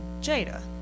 Jada